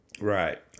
Right